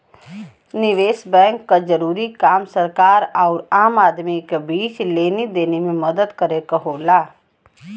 निवेस बैंक क जरूरी काम सरकार आउर आम आदमी क बीच लेनी देनी में मदद करे क होला